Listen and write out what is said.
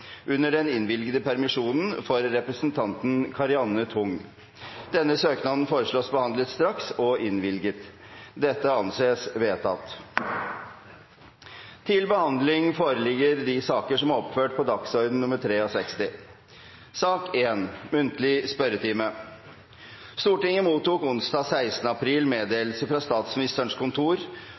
under den innvilgede permisjon for representanten Karianne Tung. Denne søknad foreslås behandlet straks og innvilget. – Det anses vedtatt. Stortinget mottok onsdag 16. april meddelelse fra Statsministerens kontor